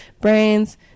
Brains